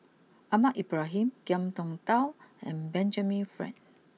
Ahmad Ibrahim Ngiam Tong Dow and Benjamin Frank